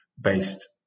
based